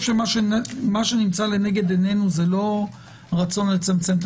מה שנמצא לנגד עינינו הוא לא הרצון לצמצם את